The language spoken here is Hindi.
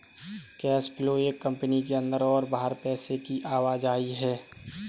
कैश फ्लो एक कंपनी के अंदर और बाहर पैसे की आवाजाही है